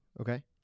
Okay